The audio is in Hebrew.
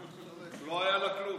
לא היה לה כלום.